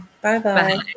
Bye-bye